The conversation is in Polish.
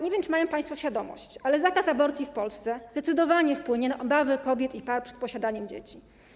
Nie wiem, czy mają państwo świadomość, ale zakaz aborcji w Polsce zdecydowanie wpłynie na obawy kobiet i par przed posiadaniem dzieci.